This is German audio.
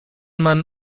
man